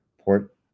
port